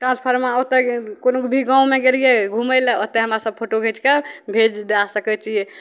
transformer ओतए कोनो भी गाममे गेलिए घुमै ले ओतए हमरासभ फोटो घिचिके भेजि दै सकै छिए